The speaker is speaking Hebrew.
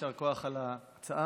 יישר כוח על ההצעה.